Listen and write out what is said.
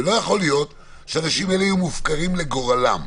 לא יכול להיות שהאנשים האלה יהיו מופקרים לגורלם.